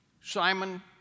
Simon